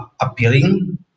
appealing